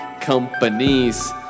companies